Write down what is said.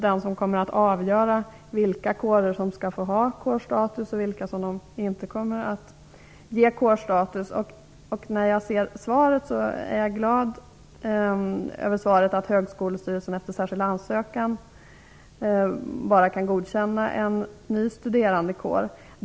Den skall ju avgöra vilka kårer som skall ha kårstatus och vilka som inte skall ha det. Jag är glad över beskedet i svaret att högskolestyrelsen bara efter särskild ansökan kan godkänna en ny studerandekår.